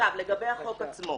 לגבי החוק עצמו,